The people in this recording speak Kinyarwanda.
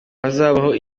hazabaho